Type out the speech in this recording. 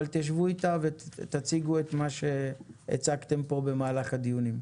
אבל תשבו איתה ותציגו את מה שהצגתם פה במהלך הדיונים.